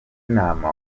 nama